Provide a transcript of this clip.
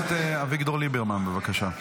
אביגדור ליברמן, בבקשה.